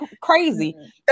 crazy